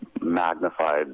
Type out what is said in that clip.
magnified